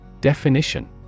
Definition